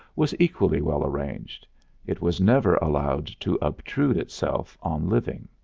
was equally well arranged it was never allowed to obtrude itself on living.